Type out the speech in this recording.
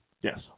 Yes